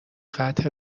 قطع